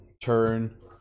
turn